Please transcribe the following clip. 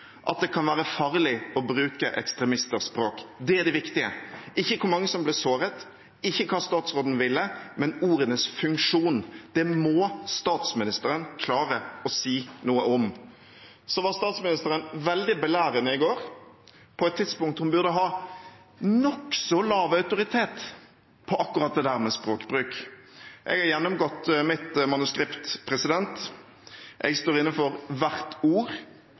at det kan være farlig å bruke ekstremisters språk. Det er det viktige – ikke hvor mange som ble såret, ikke hva statsråden ville, men ordenes funksjon. Det må statsministeren klare å si noe om. Så var statsministeren i går veldig belærende, på et tidspunkt hun burde ha nokså lav autoritet på akkurat det med språkbruk. Jeg har gjennomgått mitt manuskript. Jeg står inne for hvert ord.